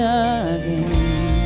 again